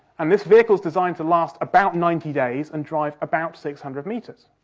and this vehicle's designed to last about ninety days and drive about six hundred metres.